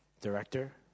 director